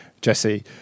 Jesse